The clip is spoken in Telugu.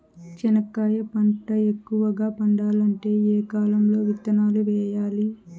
చెనక్కాయ పంట ఎక్కువగా పండాలంటే ఏ కాలము లో విత్తనాలు వేయాలి?